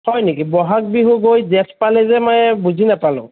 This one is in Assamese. হয় নিকি বহাগ বিহু গৈ জেঠ পালে যে মানে বুজি নাপালোঁ